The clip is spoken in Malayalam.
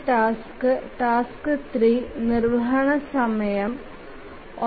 ടാസ്ക്കുകൾ 3 നിർവ്വഹണ സമയം 1